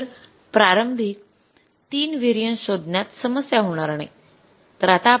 तर प्रारंभिक 3 व्हेरिएन्से शोधण्यात समस्या होणार नाही